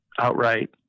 outright